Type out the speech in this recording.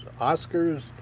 oscars